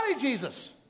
Jesus